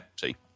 See